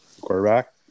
quarterback